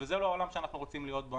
וזה לא העולם שאנחנו רוצים להיות בו.